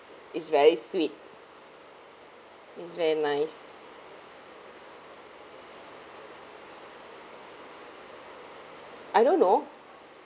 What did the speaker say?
is very sweet is very nice I don't know